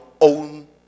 own